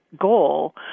goal